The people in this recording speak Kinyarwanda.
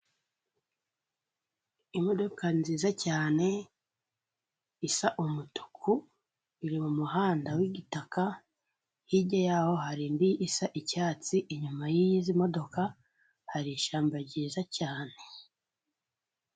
Imodoka nziza cyane isa umutuku iri mu muhanda w'igitaka, hirya yaho hari indi isa icyatsi, inyuma y'izi modoka hari ishyamba ryiza cyane.